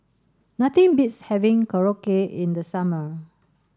nothing beats having Korokke in the summer